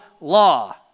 law